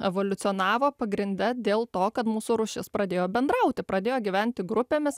evoliucionavo pagrinde dėl to kad mūsų rūšis pradėjo bendrauti pradėjo gyventi grupėmis